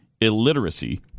illiteracy